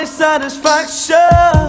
satisfaction